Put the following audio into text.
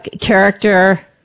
Character